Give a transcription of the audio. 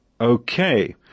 Okay